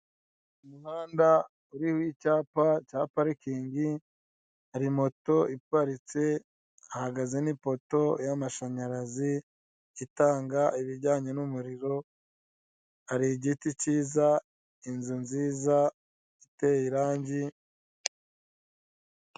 Umuhanda uriho icyapa cya parikingi, hari moto ipatitse hahagaze n'ipoto y'amashanyarazi itanga ibijyanye n'umuriro hari igiti kiza, inzu nziza iteye irange.